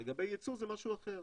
לגבי יצוא זה משהו אחר,